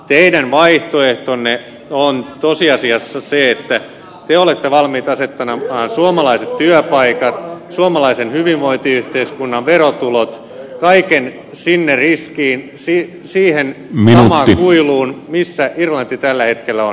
teidän vaihtoehtonne on tosiasiassa se että te olette valmiita asettamaan suomalaiset työpaikat suomalaisen hyvinvointiyhteiskunnan verotulot kaiken sinne riskiin siihen samaan kuiluun missä irlanti tällä hetkellä on